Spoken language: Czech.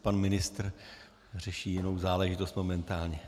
Pan ministr řeší jinou záležitost momentálně.